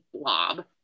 blob